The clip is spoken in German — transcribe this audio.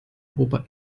europa